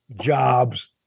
Jobs